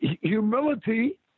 humility